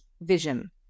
vision